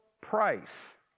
price